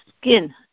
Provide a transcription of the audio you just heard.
skin